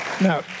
Now